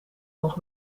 nog